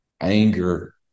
anger